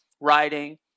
writing